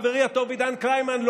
חברי הטוב עידן קלימן,